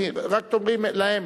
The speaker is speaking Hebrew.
רק תאמרי להם.